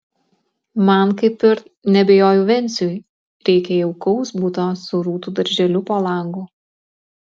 man kaip ir neabejoju venciui reikia jaukaus buto su rūtų darželiu po langu